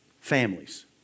families